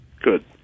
Good